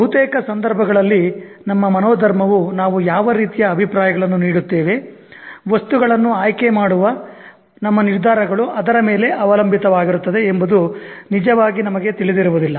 ಬಹುತೇಕ ಸಂದರ್ಭಗಳಲ್ಲಿ ನಮ್ಮ ಮನೋಧರ್ಮವು ನಾವು ಯಾವ ರೀತಿಯ ಅಭಿಪ್ರಾಯಗಳನ್ನು ನೀಡುತ್ತೇವೆ ವಸ್ತುಗಳನ್ನು ಆಯ್ಕೆ ಮಾಡುವ ನಮ್ಮ ನಿರ್ಧಾರಗಳು ಅದರ ಮೇಲೆ ಅವಲಂಬಿತವಾಗಿರುತ್ತದೆ ಎಂಬುದು ನಿಜವಾಗಿ ನಮಗೆ ತಿಳಿದಿರುವುದಿಲ್ಲ